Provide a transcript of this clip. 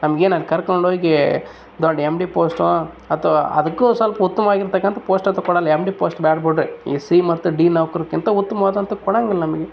ನಮ್ಗೇನು ಅಲ್ಲಿ ಕರ್ಕೊಂಡು ಹೋಗಿ ದೊಡ್ಡ ಎಮ್ ಡಿ ಪೋಸ್ಟೋ ಅಥವಾ ಅದ್ಕೂ ಸ್ವಲ್ಪ್ ಉತ್ತಮವಾಗಿರ್ತಕ್ಕಂಥ ಪೋಸ್ಟ್ ಅಂತು ಕೊಡೋಲ್ಲ ಎಮ್ ಡಿ ಪೋಸ್ಟ್ ಬೇಡ ಬಿಡ್ರಿ ಈ ಸಿ ಮತ್ತು ಡಿ ನೌಕರಗಿಂತ ಉತ್ತಮವಾದಂಥ ಕೊಡೋಂಗಿಲ್ಲ ನಮಗೆ